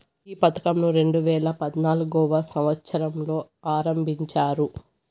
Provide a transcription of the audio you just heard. ఈ పథకంను రెండేవేల పద్నాలుగవ సంవచ్చరంలో ఆరంభించారు